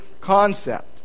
concept